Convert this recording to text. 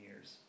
years